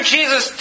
Jesus